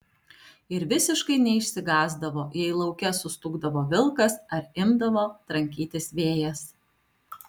ir visiškai neišsigąsdavo jei lauke sustūgdavo vilkas ar imdavo trankytis vėjas